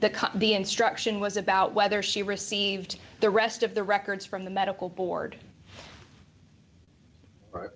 cut the instruction was about whether she received the rest of the records from the medical board or